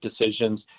decisions